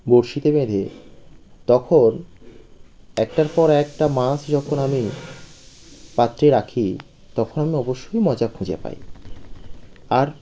বঁড়শিতে বেঁধে তখন একটার পর একটা মাছ যখন আমি পাত্রে রাখি তখন অবশ্যই মজা খুঁজে পাই আর